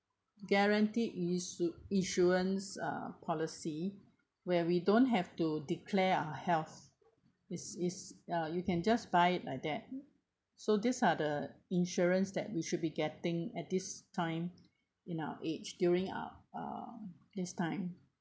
guaranteed issu~ insurance uh policy where we don't have to declare our health it's it's uh you can just buy it like that so these are the insurance that we should be getting at this time in our age during uh uh this time